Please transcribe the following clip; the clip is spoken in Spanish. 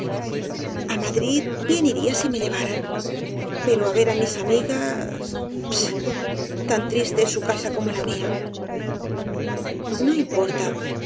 á madrid bien iría si me llevaran pero á ver á mis amigas pchs tan triste es su casa como la mía no importa